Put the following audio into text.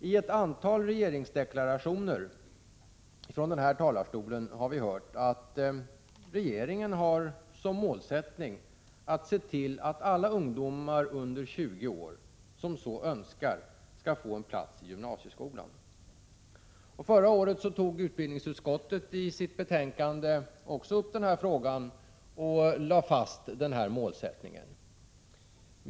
I ett antal regeringsdeklarationer från kammarens talarstol har vi hört att regeringen har som målsättning att se till att alla ungdomar under 20 år som så önskar skall få en plats i gymnasieskolan. Förra året tog utbildningsutskottet i sitt betänkande också upp frågan och lade fast den målsättningen.